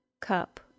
cup